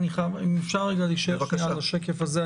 אם אפשר להישאר שנייה על השקף הזה.